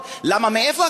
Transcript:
תמיד מעדיפים לקחת